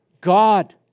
God